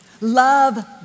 love